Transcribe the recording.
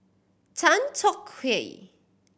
Tan Tong Hye